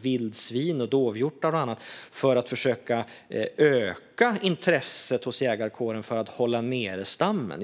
vildsvin, dovhjortar och annat för att försöka öka intresset hos jägarkåren för att hålla nere stammen.